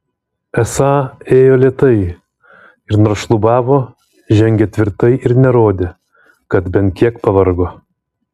esą ėjo lėtai ir nors šlubavo žengė tvirtai ir nerodė kad bent kiek pavargo